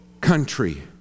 country